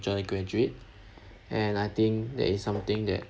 future graduate and I think that is something that